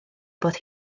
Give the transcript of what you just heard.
bod